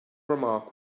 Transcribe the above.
remark